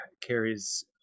carries